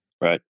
Right